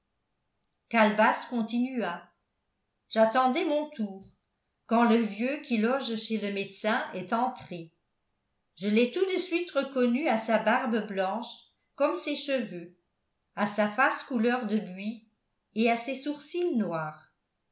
calebasse continua j'attendais mon tour quand le vieux qui loge chez le médecin est entré je l'ai tout de suite reconnu à sa barbe blanche comme ses cheveux à sa face couleur de buis et à ses sourcils noirs